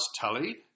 Tully